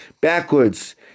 backwards